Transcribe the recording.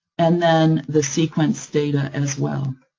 and then the sequence data, as well.